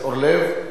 שאר המציעים,